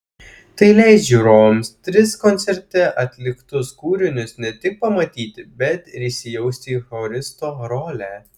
tai leis žiūrovams tris koncerte atliktus kūrinius ne tik pamatyti bet ir įsijausti į choristo rolę